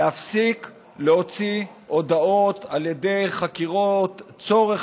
להפסיק להוציא הודאות על ידי חקירות צורך